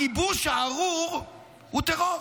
הכיבוש הארור הוא טרור.